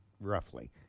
roughly